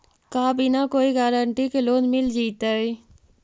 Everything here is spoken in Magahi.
का बिना कोई गारंटी के लोन मिल जीईतै?